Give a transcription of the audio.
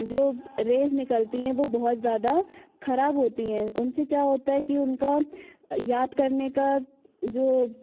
जो रेज़ निकलती हैं वो बहुत ज़्यादा खराब होती हैं उनसे क्या होता है कि उनका याद करने का जो